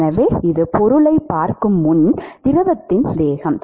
எனவே இது பொருளைப் பார்க்கும் முன் திரவத்தின் வேகம்